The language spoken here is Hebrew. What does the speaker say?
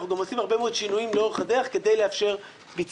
אנחנו גם עושים הרבה מאוד שינויים לאורך הדרך כדי לאפשר ביצוע.